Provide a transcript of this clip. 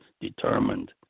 determined